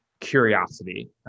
curiosity